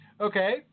Okay